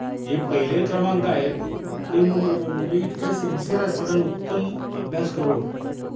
जे पहिले क्रमांक आहेत ते मुली ज मुली इतक्या सिन्सिअर असतात आणि उत्तम अभ्यास करून